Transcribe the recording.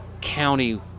county